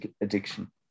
addiction